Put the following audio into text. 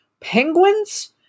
penguins